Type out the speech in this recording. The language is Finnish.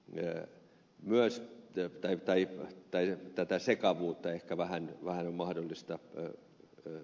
ne myös tietää että syntyy tai tätä sekavuutta on vähän mahdollista syntyä